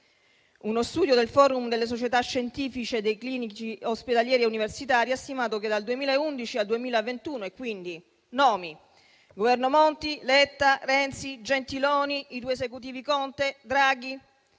Uno studio del Forum delle società scientifiche dei clinici ospedalieri e universitari ha stimato che dal 2011 al 2021 - quindi sotto i Governi Monti, Letta, Renzi, Gentiloni, i due Esecutivi Conte e Draghi